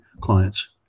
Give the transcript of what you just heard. clients